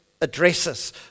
addresses